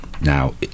Now